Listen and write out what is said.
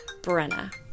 Brenna